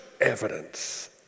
evidence